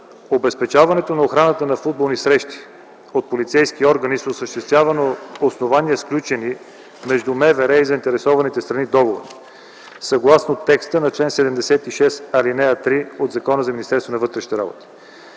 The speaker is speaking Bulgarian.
Обезпечаването на охраната на футболни срещи от полицейски органи се осъществява на основание, сключен договор между МВР и заинтересованите страни, съгласно текста на чл. 76, ал. 3 от Закона за Министерството на вътрешните работи,